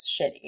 shitty